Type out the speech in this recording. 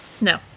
no